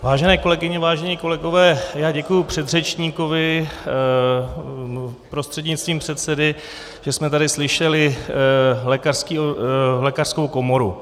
Vážené kolegyně, vážení kolegové, já děkuji předřečníkovi prostřednictvím předsedy, že jsme tady slyšeli lékařskou komoru.